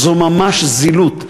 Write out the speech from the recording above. זו ממש זילות.